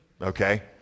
okay